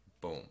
boom